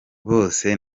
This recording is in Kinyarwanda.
bose